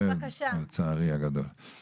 לצערי הגדול יש הרבה.